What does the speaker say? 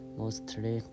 mostly